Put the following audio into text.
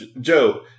Joe